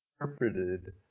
interpreted